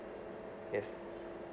yes